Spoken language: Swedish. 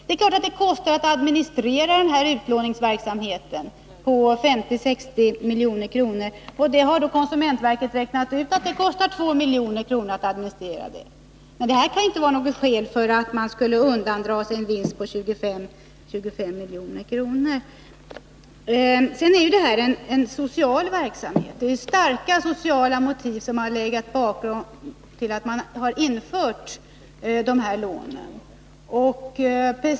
Det är klart att det kostar att administrera en utlåningsverksamhet på 50-60 milj.kr. Konsumentverket har också räknat ut att det kostar 2 milj.kr. Men det kan ju inte vara något skäl för att undandra sig en vinst på 25 milj.kr. Det är starka sociala motiv som gjort att man infört bosättningslånen.